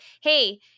hey